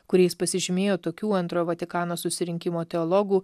kuriais pasižymėjo tokių antrojo vatikano susirinkimo teologų